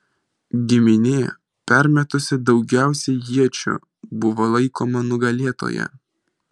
giminė permetusi daugiausiai iečių buvo laikoma nugalėtoja